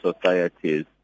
societies